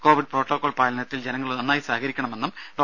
Covid protocol പാലനത്തിൽ ജനങ്ങൾ നന്നായി സഹകരിക്കണമെന്നും ഡോ